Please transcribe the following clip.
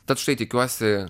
tad štai tikiuosi